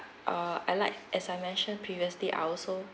uh I like as I mentioned previously I also